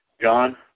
John